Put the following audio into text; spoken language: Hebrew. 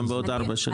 גם בעוד 4 שנים.